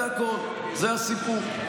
זה הכול, זה הסיפור.